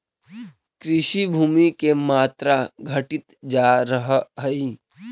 कृषिभूमि के मात्रा घटित जा रहऽ हई